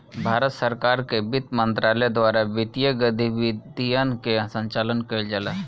भारत सरकार के बित्त मंत्रालय द्वारा वित्तीय गतिविधियन के संचालन कईल जाला